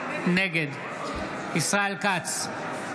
נגד ישראל כץ,